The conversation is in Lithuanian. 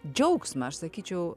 džiaugsmą aš sakyčiau